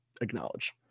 acknowledge